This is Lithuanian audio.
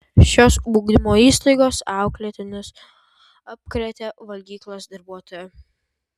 šios ugdymo įstaigos auklėtinius apkrėtė valgyklos darbuotoja